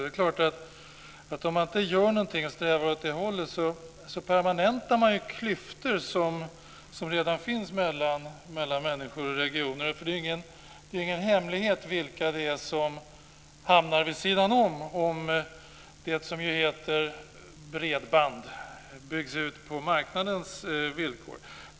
Det är klart att om man inte gör någonting, inte strävar åt det hållet, permanentar man klyftor som redan finns mellan människor och regioner. Det är ingen hemlighet vilka det är som hamnar vid sidan av om det som heter bredband byggs ut på marknadens villkor.